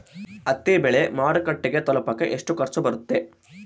ಹತ್ತಿ ಬೆಳೆ ಮಾರುಕಟ್ಟೆಗೆ ತಲುಪಕೆ ಎಷ್ಟು ಖರ್ಚು ಬರುತ್ತೆ?